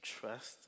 trust